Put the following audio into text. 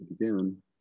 Again